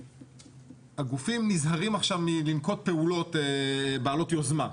והגופים נזהרים עכשיו מלנקוט פעולות בעלות יוזמה.